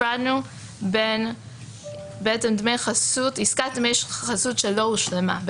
הפרדנו את עסקת דמי חסות שלא הושלמה,